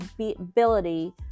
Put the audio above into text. ability